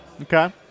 okay